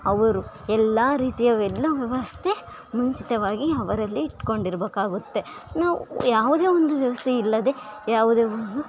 ಅವರು ಎಲ್ಲ ರೀತಿಯ ಎಲ್ಲ ವ್ಯವಸ್ಥೆ ಮುಂಚಿತವಾಗಿ ಅವರಲ್ಲಿ ಇಟ್ಕೊಂಡಿರ್ಬೇಕಾಗುತ್ತೆ ನಾವು ಯಾವುದೇ ಒಂದು ವ್ಯವಸ್ಥೆ ಇಲ್ಲದೆ ಯಾವುದೇ ಒಂದು